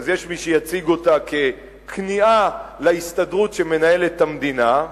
אז יש מי שיציג אותה ככניעה להסתדרות שמנהלת את המדינה,